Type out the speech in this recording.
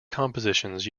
compositions